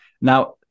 now